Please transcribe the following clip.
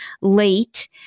late